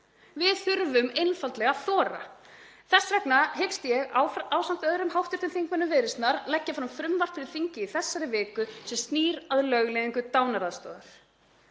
Við þurfum einfaldlega að þora. Þess vegna hyggst ég ásamt öðrum hv. þingmönnum Viðreisnar leggja fram frumvarp fyrir þingið í þessari viku sem snýr að lögleiðingu dánaraðstoðar.